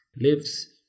lives